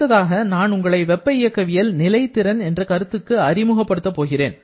அடுத்ததாக நான் உங்களை வெப்ப இயக்கவியல் நிலை திறன் என்ற கருத்துக்கு அறிமுகப்படுத்தப் போகிறேன்